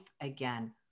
again